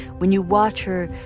when you watch her,